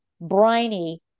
briny